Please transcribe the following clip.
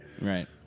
Right